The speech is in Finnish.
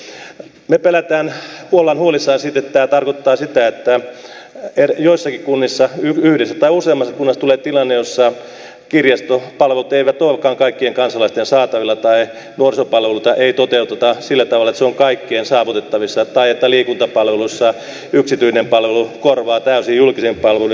me pelkäämme olemme huolissamme siitä että tämä tarkoittaa sitä että joissakin kunnissa yhdessä tai useammassa kunnassa tulee tilanne jossa kirjastopalvelut eivät olekaan kaikkien kansalaisten saatavilla tai nuorisopalveluita ei toteuteta sillä tavalla että ne ovat kaikkien saavutettavissa tai että liikuntapalveluissa yksityinen palvelu korvaa täysin julkisen palvelun